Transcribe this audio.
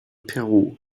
peru